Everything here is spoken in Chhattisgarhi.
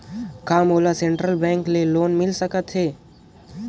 कौन मोला सेंट्रल बैंक ले लोन मिल सकथे?